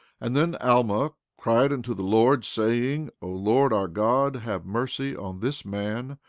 and then alma cried unto the lord, saying o lord our god, have mercy on this man,